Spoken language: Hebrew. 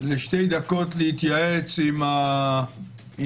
לשתי דקות להתייעץ עם האסיר.